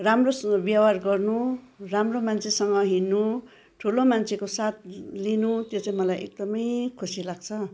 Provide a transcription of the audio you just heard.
राम्रो व्यवहार गर्नु राम्रो मान्छेसँग हिँड्नु ठुलो मान्छेको साथ लिनु त्यो चाहिँ मलाई एकदमै खुसी लाग्छ